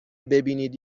ببینید